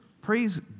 Praise